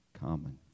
common